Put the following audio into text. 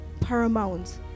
paramount